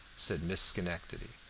said miss schenectady.